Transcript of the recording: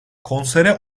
konsere